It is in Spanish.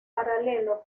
paralelo